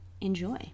enjoy